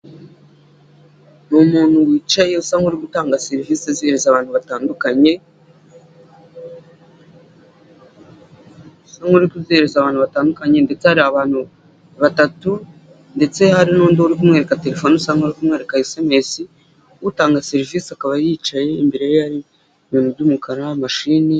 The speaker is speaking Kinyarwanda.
Umuntu wicaye usa nk'uri gutanga serivise azihereza abantu batandukanye, usa nk'uri kuzihereza abantu batandukanye ndetse hari abantu batatu ndetse hari n'undi uri kumwereka terefone usa n'aho ari kumwereka esemesi, utanga serivise akaba yicaye, imbere ye hari ibintu by'umukara, mashini.